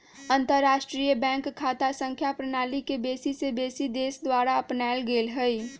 अंतरराष्ट्रीय बैंक खता संख्या प्रणाली के बेशी से बेशी देश द्वारा अपनाएल गेल हइ